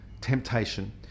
temptation